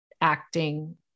acting